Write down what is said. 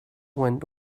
went